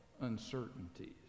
uncertainties